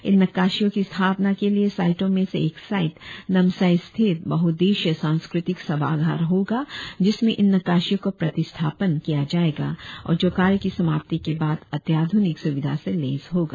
इन नक्काशियों की स्थापना के लिए साईटो में से एक साईट नामसाई स्थित बहुउद्शिय सास्क्रतिक सभागार होगा जिसमें इन नक्काशियों को प्रतिष्ठापन किया जाएगा और जो कार्य की समाप्ति के बाद अत्याधुनिक सुविधा से लैस होगा